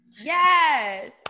yes